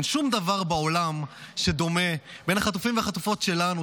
אין שום דבר בעולם שדומה בין החטופים והחטופות שלנו,